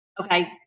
Okay